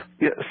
Yes